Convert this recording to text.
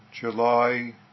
July